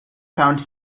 found